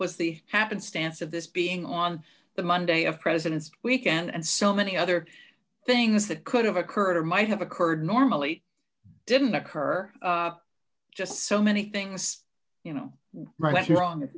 was the happenstance of this being on the monday of president's weekend and so many other things that could have occurred or might have occurred normally didn't occur just so many things you know right